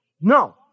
No